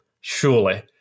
Surely